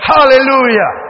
Hallelujah